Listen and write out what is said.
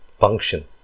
function